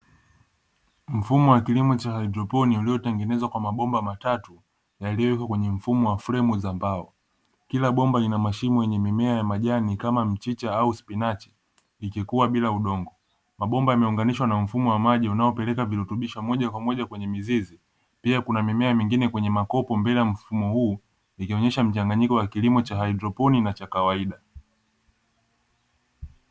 Mfumo wa kilimo cha hydroponi uliotengenezwa kwa mabomba matatu yaliyowekwa kwenye mfumo wa "fremu" za ambao kila bomba lina mashimo yenye mimea ya majani kama mchicha au spinachi ikikuwa bila udongo mabomba yameunganishwa na mfumo wa maji unaopeleka virutubisho moja kwa moja kwenye mizizi, pia kuna mimea mengine kwenye makopo mbele ya mfumo huu ikionyesha mchanganyiko wa kilimo cha Hydroponi na cha kawaida.